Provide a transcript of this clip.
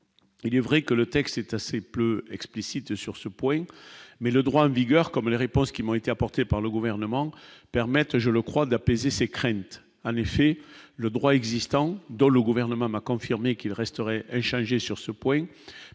il est vrai que le texte est assez peu explicite sur ce point, mais le droit en vigueur comme les réponses qui m'ont été apportées par le gouvernement permette, je le crois d'apaiser ces craintes à effet le droit existant dans le gouvernement m'a confirmé qu'il resterait inchangée sur ce point